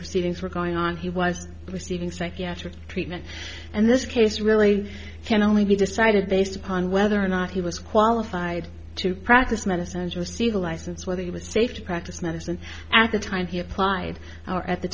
proceedings were going on he was receiving psychiatric treatment and this case really can only be decided based upon whether or not he was qualified to practice medicine and receive a license whether it was safe to practice medicine at the time he applied our at the